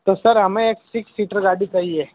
तो सर हमें एक सिक्स सीटर गाड़ी चाहिए